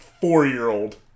four-year-old